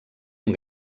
amb